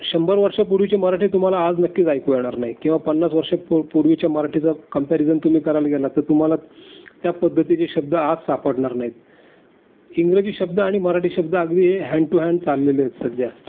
शंभर वर्षापूर्वीची मराठी तुम्हाला आज नक्कीच ऐकू येणार नाही किंवा पन्नास वर्षापूर पूर्वीच्या मराठीचं कंप्यारिजन तुम्ही करायला गेलात तर तुम्हाला त्या पद्धतीचे शब्द आज सापडणार नाहीत इंग्रजी शब्द आणि मराठी शब्द अगदी हँड टू हँड चाललेले आहेत सध्या